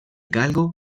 galgo